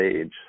age